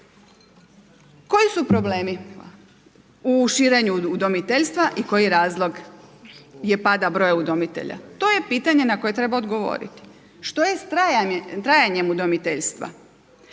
Koji su problemi u širenju udomiteljstva i koji je razlog pada broja udomitelja? To je pitanje na koje treba odgovoriti. Što je s trajanjem udomiteljstva?